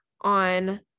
on